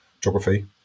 geography